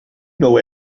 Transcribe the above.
know